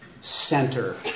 center